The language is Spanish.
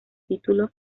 título